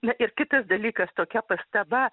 na ir kitas dalykas tokia pastaba